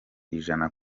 ijana